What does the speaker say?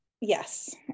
yes